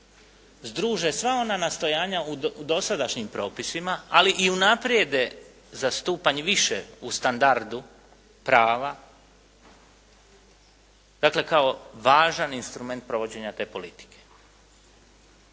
združe sva ona nastojanja u dosadašnjim propisima ali i unaprijede za stupanj više u standardu prava. Dakle kao važan instrument provođenja te politike.